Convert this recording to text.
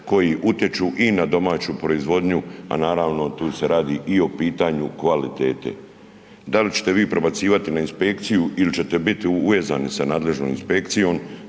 koji utječu i na domaću proizvodnju, a naravno tu se radi i o pitanju kvalitete. Da li ćete vi prebacivati na inspekciju ili ćete biti uvezani sa nadležnom inspekcijom